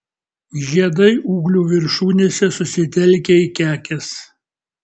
žiedai ūglių viršūnėse susitelkę į kekes